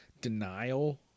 denial